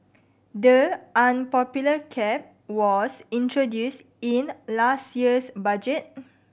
the unpopular cap was introduced in last year's budget